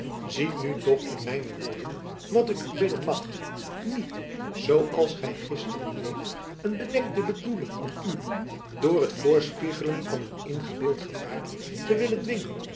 zie nu toch in mijne woorden wat ik u bidden mag niet zoo als gy gisteren deedt een bedekte bedoeling om u door het voorspiegelen van een ingebeeld gevaar te willen dwingen